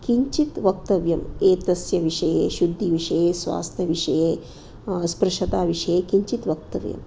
किञ्चित् वक्तव्यम् एतस्य विषये शुद्धिविषये स्वास्थ्यविषये अस्पृशताविषये किञ्चित् वक्तव्यं